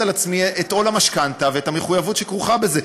על עצמי את עול המשכנתה ואת המחויבות שכרוכה בזה.